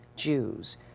Jews